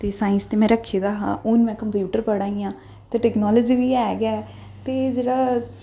ते साईंस ते में रखे दा हा हून कम्पयूटर पढ़ा दी आं ते टैक्नोलजी बी ऐ गै ऐ